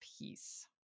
peace